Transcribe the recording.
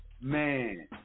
man